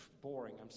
boring